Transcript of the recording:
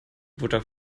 butter